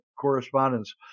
correspondence